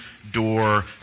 door